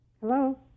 Hello